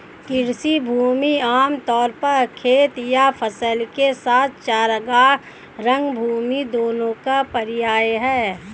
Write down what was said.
कृषि भूमि आम तौर पर खेत या फसल के साथ चरागाह, रंगभूमि दोनों का पर्याय है